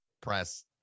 press